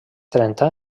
trenta